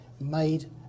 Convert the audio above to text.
made